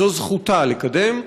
זו זכותה לקדם.